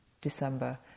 December